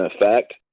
effect